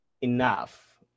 enough